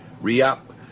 re-up